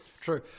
true